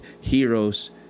heroes